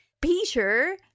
Peter